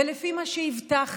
ולפי מה שהבטחתי,